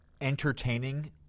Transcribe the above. entertaining